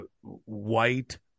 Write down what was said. White